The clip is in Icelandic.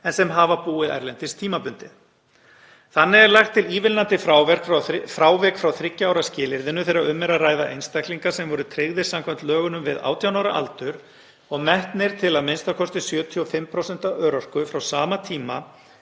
en sem hafa búið erlendis tímabundið. Þannig er lagt til ívilnandi frávik frá þriggja ára skilyrðinu þegar um er að ræða einstaklinga sem voru tryggðir samkvæmt lögunum við 18 ára aldur og metnir til a.m.k. 75% örorku frá sama tíma